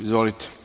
Izvolite.